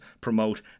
promote